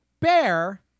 bear